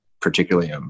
particularly